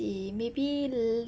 he maybe